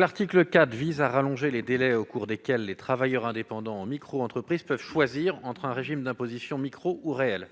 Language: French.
L'article 4 vise à allonger les délais au cours desquels les travailleurs indépendants en microentreprise peuvent choisir entre un régime d'imposition micro ou réel-